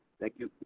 thank you.